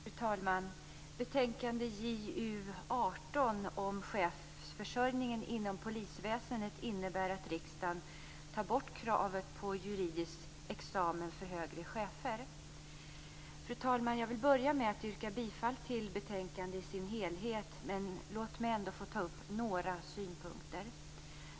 Fru talman! Betänkande JuU18 om chefsförsörjningen inom polisväsendet innebär att riksdagen tar bort kravet på juridisk examen för högre chefer. Fru talman! Jag vill börja med att yrka bifall till hemställan i betänkandet i dess helhet. Men låt mig ändå få ta upp några synpunkter.